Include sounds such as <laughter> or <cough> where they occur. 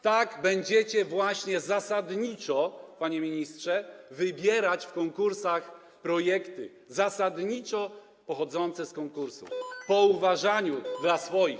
Tak będziecie właśnie zasadniczo, panie ministrze, wybierać w konkursach projekty, zasadniczo pochodzące z konkursów, <noise> po uważaniu, dla swoich.